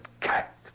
cat